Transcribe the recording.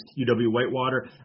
UW-Whitewater